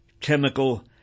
Chemical